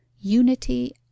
unity